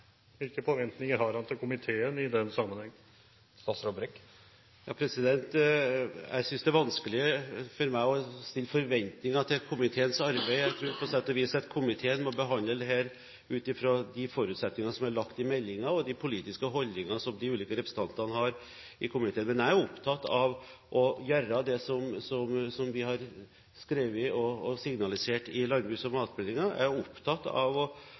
Hvilke forventninger har han til komiteen i den sammenheng? Jeg synes det er vanskelig for meg å stille forventninger til komiteens arbeid. Jeg tror på sett og vis at komiteen må behandle dette ut fra de forutsetninger som er lagt i meldingen, og de politiske holdninger som de ulike representantene har i komiteen. Men jeg er opptatt av å gjøre det som vi har skrevet og signalisert i landbruks- og matmeldingen. Jeg er opptatt av å